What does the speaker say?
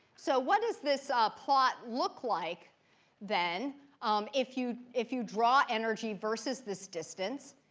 so what does this ah plot look like then if you if you draw energy versus this distance?